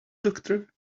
doctor